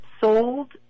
sold